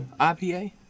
IPA